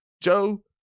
Joe